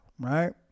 right